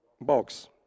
box